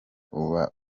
uba